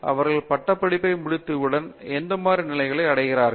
அவர்கள் பட்டப்படிப்பை முடித்தவுடன் எந்த நிலைப்பாடுகள் கிடைக்கின்றன